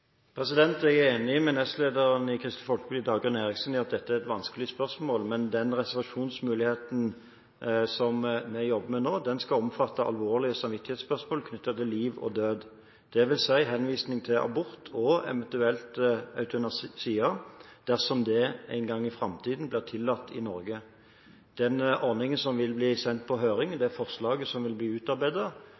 Jeg er enig med nestlederen i Kristelig Folkeparti Dagrun Eriksen i at dette er et vanskelig spørsmål, men den reservasjonsmuligheten som vi jobber med nå, skal omfatte alvorlige samvittighetsspørsmål knyttet til liv og død, dvs. henvisning til abort og eventuelt eutanasi dersom det en gang i framtiden blir tillatt i Norge. Den ordningen som vil bli sendt på høring, og det forslaget som vil bli